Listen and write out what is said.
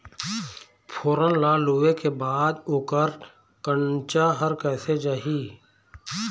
फोरन ला लुए के बाद ओकर कंनचा हर कैसे जाही?